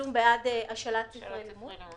התשלום בעד השאלת ספרי לימוד.